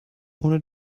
ohne